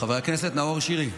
חבר הכנסת נאור שירי,